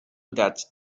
that